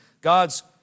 God's